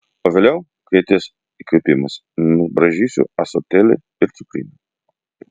o vėliau kai ateis įkvėpimas nubraižysiu ąsotėlį ir cukrinę